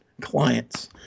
clients